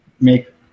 make